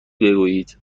بگویید